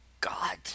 God